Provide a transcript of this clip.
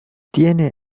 tiene